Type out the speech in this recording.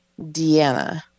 Deanna